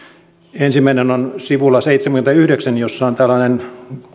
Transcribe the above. ensimmäinen on sivulla seitsemänkymmentäyhdeksän jossa on tällainen